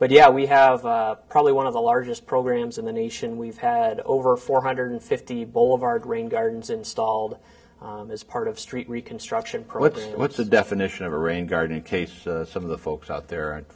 but yeah we have probably one of the largest programs in the nation we've had over four hundred fifty boulevard rain gardens installed as part of st reconstruction what's the definition of a rain garden in case some of the folks out there a